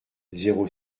zéro